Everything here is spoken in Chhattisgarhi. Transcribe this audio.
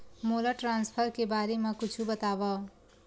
मोला ट्रान्सफर के बारे मा कुछु बतावव?